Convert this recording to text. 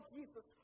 Jesus